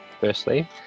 firstly